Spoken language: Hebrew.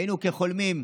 היינו כחולמים.